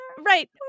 Right